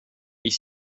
est